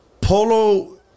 polo